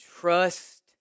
trust